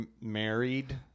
married